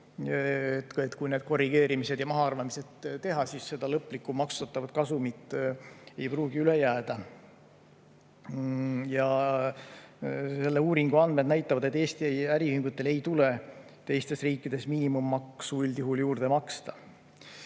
kui need korrigeerimised ja mahaarvamised teha, ei pruugi lõplikku maksustatavat kasumit üle jääda. Selle uuringu andmed näitavad, et Eesti äriühingutel ei tule teistes riikides miinimummaksu üldjuhul maksta.